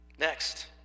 Next